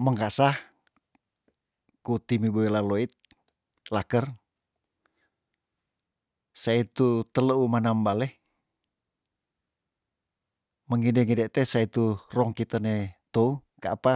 Mengkasah kuti me wewila loit laker se itu teleu manam bale mengede ngede te saitu rongki tene tou ka apa